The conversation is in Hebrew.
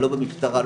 לא במשטרה,